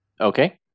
okay